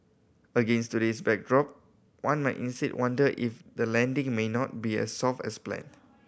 against today's backdrop one might instead wonder if the landing may not be as soft as planned